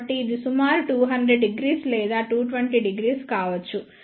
కాబట్టి ఇది సుమారు 2000 లేదా 2200 కావచ్చు